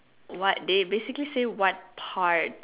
what they basically say what part